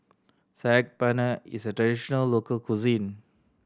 Saag Paneer is a traditional local cuisine